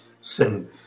sin